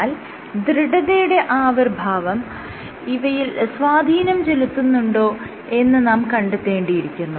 എന്നാൽ ദൃഢതയുടെ ആവിർഭാവം ഇവയിൽ സ്വാധീനം ചെലുത്തുന്നുണ്ടോ എന്ന് നാം കണ്ടെത്തേണ്ടിയിരിക്കുന്നു